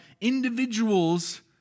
individuals